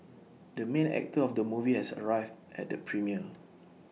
the main actor of the movie has arrived at the premiere